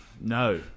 No